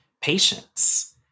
patience